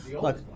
look